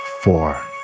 four